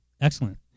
Excellent